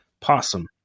possum